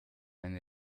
eine